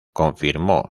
confirmó